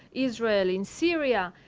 israel in syria,